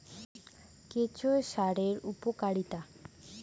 কেঁচো সারের উপকারিতা?